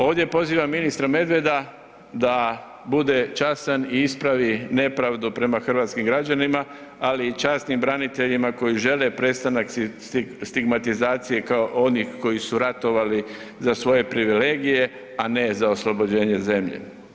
Ovdje pozivam ministra Medveda da bude častan i ispravi nepravdu prema nepravdu prema hrvatskim građanima, ali i časnim braniteljima koji žele prestanak stigmatizacije kao onih koji su ratovali za svoje privilegije, a ne za oslobođenje zemlje.